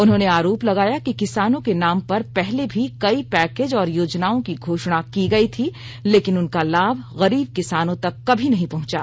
उन्होंने आरोप लगाया कि किसानों के नाम पर पहले भी कई पैकेज और योजनाओं की घोषणा की गई थी लेकिन उनका लाभ गरीब किसानों तक कभी नहीं पहुंचा